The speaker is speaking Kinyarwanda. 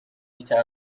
icya